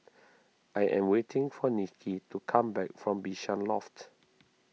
I am waiting for Nicky to come back from Bishan Loft